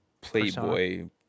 Playboy